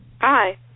Hi